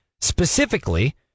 specifically